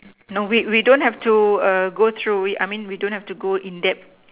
no wait we don't have to err go through we I mean we don't have to go in depth